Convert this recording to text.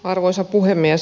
arvoisa puhemies